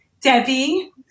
Debbie